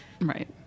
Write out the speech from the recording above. Right